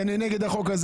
אני נגד החוק הזה.